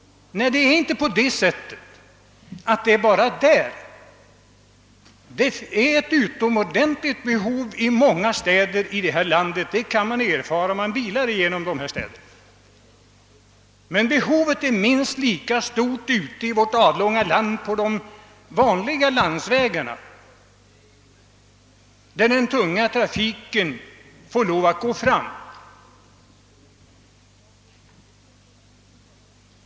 Nej, det är inte bara där! Behovet är utomordentligt stort i många städer — det kan man erfara om man bilar genom dem — men det är minst lika stort ute i vårt avlånga land på de vanliga landsvägarna, där den tunga trafiken har svårt att komma fram.